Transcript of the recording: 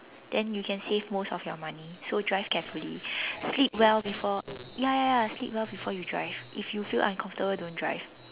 then you can save most of your money so drive carefully sleep well before ya ya ya sleep well before you drive if you feel uncomfortable don't drive